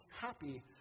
happy